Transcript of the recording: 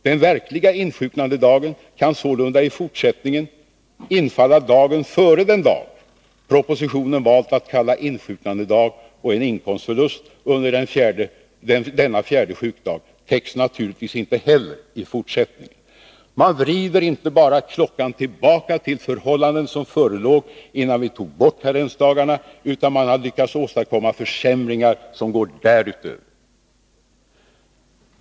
Den verkliga insjuknandedagen kan sålunda i fortsättningen infalla dagen före den dag propositionen valt att kalla insjuknandedag, och en inkomstförlust under denna fjärde sjukdag täcks naturligtvis inte heller i fortsättningen. Man vrider inte bara klockan tillbaka till förhållanden som förelåg innan vi tog bort karensdagarna, utan man har lyckats åstadkomma försämringar som går därutöver.